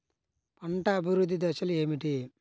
పంట అభివృద్ధి దశలు ఏమిటి?